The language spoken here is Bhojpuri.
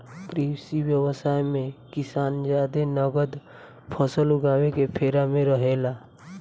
कृषि व्यवसाय मे किसान जादे नगद फसल उगावे के फेरा में रहेला